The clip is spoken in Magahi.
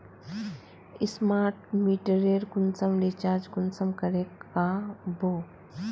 स्मार्ट मीटरेर कुंसम रिचार्ज कुंसम करे का बो?